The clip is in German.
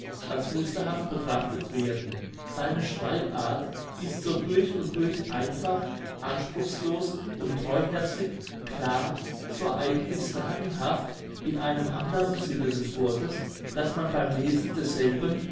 als musterhaft betrachtet werden seine schreibart ist so durch und durch einfach anspruchslos und treuherzig klar so eigentlich sagenhaft in einem anderen sinne des wortes daß man beim lesen desselben